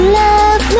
love